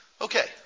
Okay